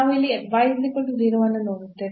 ನಾವು ಇಲ್ಲಿ ಅನ್ನು ನೋಡುತ್ತೇವೆ